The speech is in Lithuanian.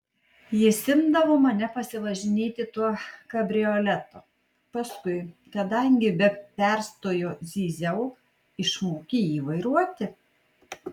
jis imdavo mane pasivažinėti tuo kabrioletu paskui kadangi be perstojo zyziau išmokė jį vairuoti